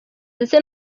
ndetse